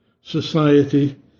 society